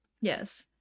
yes